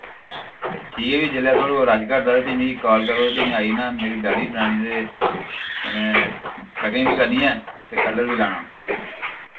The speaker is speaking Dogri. ठीक ऐ फ्ही जिल्लै थोआड़े कोल रश घटदा ते फ्ही मिकी काल करो ते फ्ही मैं आई जन्ना मेरी दाढ़ी बनानी ते कन्नै कटिंग बी करनी ऐ ते कलर बी लाना